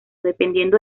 dependiendo